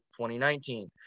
2019